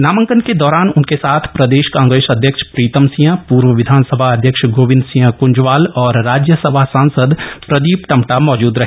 नामांकन के दौरान उनके साथ प्रदेश कांग्रेस अध्यक्ष प्रीतम सिंह पूर्व विधानसभा अध्यक्ष गोविंद सिंह कंजवाल और राज्यसभा सांसद प्रदीप टम्टा मौजूद रहे